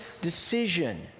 decision